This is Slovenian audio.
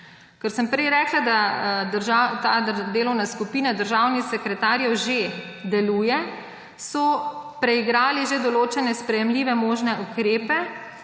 Ker sem prej rekla, da ta delovna skupina državnih sekretarjev že deluje, so preigrali že določene sprejemljive možne ukrepe.